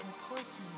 important